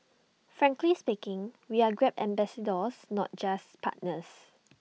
frankly speaking we are grab ambassadors not just partners